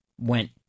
went